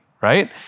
right